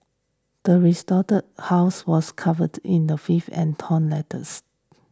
the desolated house was covered in the filth and torn letters